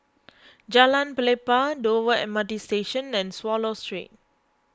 Jalan Pelepah Dover M R T Station and Swallow Street